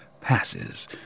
passes